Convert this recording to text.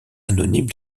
anonyme